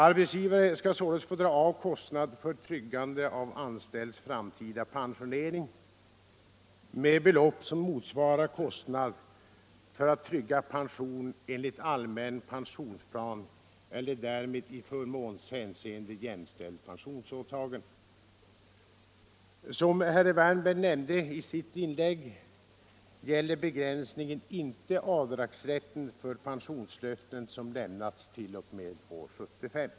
Arbetsgivare skall således få dra av kostnad för tryggande av anställds framtida pensionering med belopp som motsvarar kostnad för att trygga pension enligt allmän pensionsplan eller därmed i förmånshänseende jämställt pensionsåtagande. Som herr Wärnberg nämnde i sitt inlägg gäller begränsningen inte avdragsrätten för pensionslöften som lämnats t.o.m. 1975.